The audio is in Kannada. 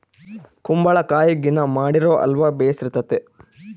ಕುಂಬಳಕಾಯಗಿನ ಮಾಡಿರೊ ಅಲ್ವ ಬೆರ್ಸಿತತೆ